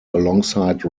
alongside